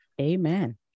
Amen